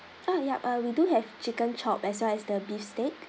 ah yup uh we do have chicken chop as well as the beef steak